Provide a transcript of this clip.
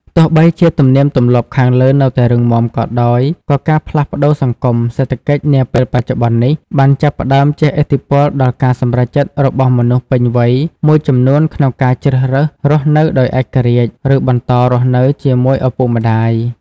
ទោះបីជាទំនៀមទម្លាប់ខាងលើនៅតែរឹងមាំក៏ដោយ ក៏ការផ្លាស់ប្តូរសង្គម-សេដ្ឋកិច្ចនាពេលបច្ចុប្បន្ននេះ បានចាប់ផ្តើមជះឥទ្ធិពលដល់ការសម្រេចចិត្តរបស់មនុស្សពេញវ័យមួយចំនួនក្នុងការជ្រើសរើសរស់នៅដោយឯករាជ្យ ឬបន្តរស់នៅជាមួយឪពុកម្តាយ។